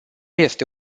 este